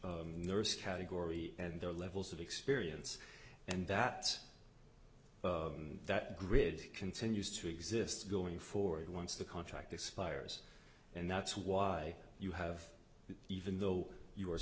nurse category and their levels of experience and that that grid continues to exist going forward once the contract expires and that's why you have even though you are